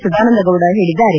ಸದಾನಂದ ಗೌಡ ಹೇಳಿದ್ದಾರೆ